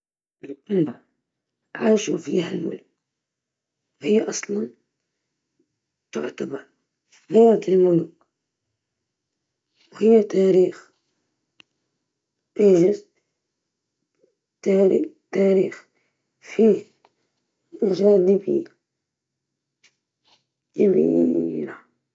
نختار طاهٍ شخصي، لأن الأكل الصحي واللذيذ يحسن جودة حياتي.